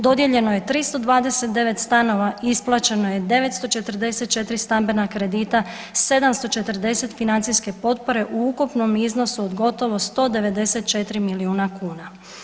Dodijeljeno je 329 stanova, isplaćeno je 944 stambena kredita, 740 financijske potpore u ukupnom iznosu od gotovo 194 milijuna kuna.